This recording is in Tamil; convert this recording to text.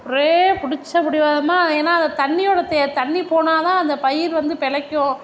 ஒரே பிடிச்ச பிடிவாதமா ஏன்னா அந்த தண்ணியோட தே தண்ணி போனால் தான் அந்த பயிர் வந்து பிழைக்கும்